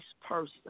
person